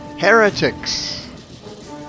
heretics